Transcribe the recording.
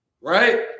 right